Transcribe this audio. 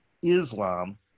islam